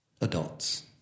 adults